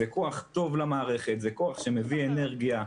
זה כוח טוב למערכת, זה כוח שמביא אנרגיה.